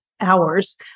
hours